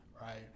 right